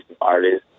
artists